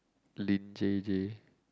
Lin-J_J